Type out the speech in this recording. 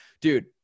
dude